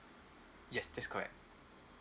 yes that's correct